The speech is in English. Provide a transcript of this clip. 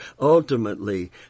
ultimately